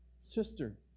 sister